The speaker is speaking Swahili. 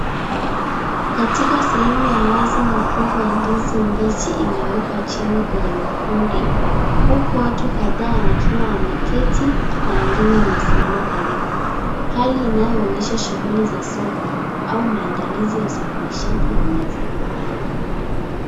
Katika sehemu ya wazi mikungu ya ndizi mbichi imewekwa chini kwenye makundi huku watu kadhaa wakiwa wameketi na wengine wamesimama karibu. Hali inayoonyesha shughuli za soko au maandalizi ya usafirishaji wa mazao haya.